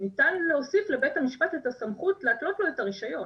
ניתן להוסיף לבית המשפט הסמכות להתלות לו את הרישיון